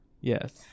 Yes